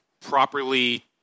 properly